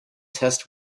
test